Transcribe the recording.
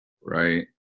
Right